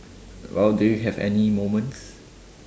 well do you have any moments